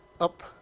up